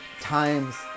times